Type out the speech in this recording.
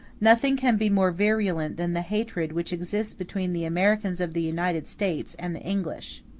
nothing can be more virulent than the hatred which exists between the americans of the united states and the english.